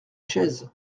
chaise